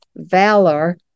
Valor